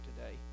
today